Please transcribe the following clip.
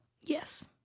Yes